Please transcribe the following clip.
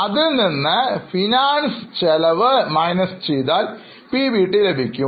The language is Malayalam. അതിൽ നിന്നും ഫൈനാൻസ് ചെലവ് കുറച്ചാൽ PBT ലഭിക്കും